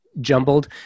jumbled